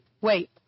wait